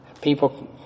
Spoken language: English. People